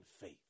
faith